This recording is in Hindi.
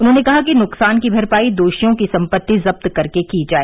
उन्होंने कहा कि नुकसान की भरपायी दोषियों की संपत्ति जब्त कर की जाए